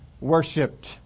worshipped